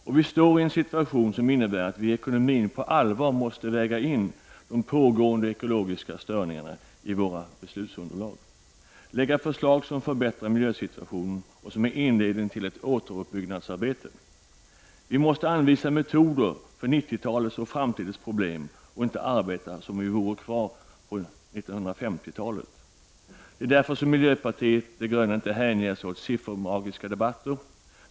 Vi befinner oss i en situation som innebär att vi inom ekonomin på allvar måste väga in de pågående ekologiska störningarna i våra beslutsunderlag och lägga fram förslag som förbättrar miljösituationen och som är inledningen till ett återuppbyggnadsarbete. Vi måste anvisa metoder för 90-talets och framtidens problem och inte arbeta som om vi vore kvar på 1950-talet. Det är därför som miljöpartiet de gröna inte hänger sig åt siffermagiska debatter.